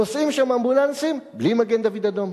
נוסעים שם אמבולנסים בלי מגן-דוד אדום,